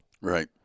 Right